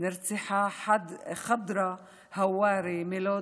נרצחה ח'דרה הווארי מלוד,